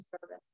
service